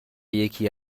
یکی